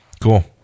Cool